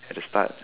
at the start